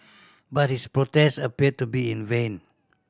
but his protest appeared to be in vain